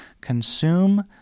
consume